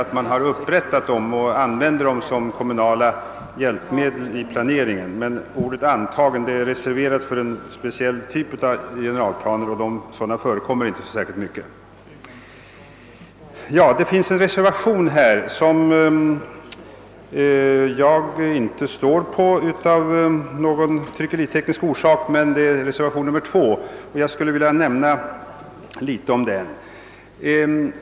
Utskottet avser väl generalplaner som upprättats såsom kommunala hjälpmedel vid planeringen. Ordet »antagen» är egentligen reserverat för en speciell typ av generalplaner, som inte förekommer särskilt mycket. Av någon tryckeriteknisk orsak återfinns inte mitt namn under reservation 1I, som jag nu skall be att få säga några ord om.